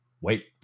wait